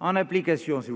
En application